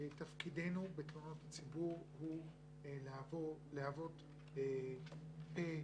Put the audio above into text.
שתפקידנו בתלונות הציבור הוא להוות פה,